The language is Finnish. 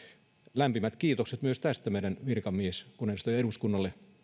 lämpimät kiitokset tästä meidän virkamieskoneistolle ja eduskunnalle